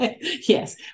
Yes